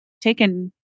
taken